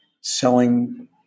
selling